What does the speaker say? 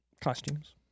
Costumes